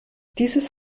dieses